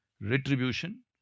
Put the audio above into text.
retribution